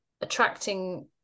attracting